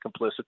complicit